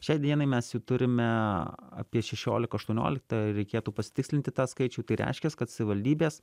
šiai dienai mes jų turime apie šešiolika aštuoniolikta reikėtų pasitikslinti tą skaičių tai reiškias kad savivaldybės